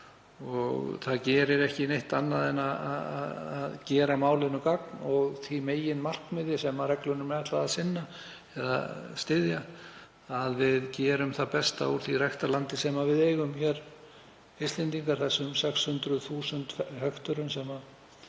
Það gerir ekki neitt annað en að gera málinu gagn og því meginmarkmiði sem reglunum er ætlað að styðja, þ.e. að við gerum það besta úr því ræktarlandi sem við eigum hér, Íslendingar, þessum 600.000 hekturum sem við